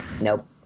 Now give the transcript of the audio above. Nope